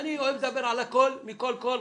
אני אוהב לדבר על הכול מכל כל.